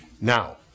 Now